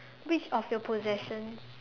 which of your possessions